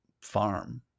farm